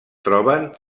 troben